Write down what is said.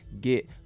Get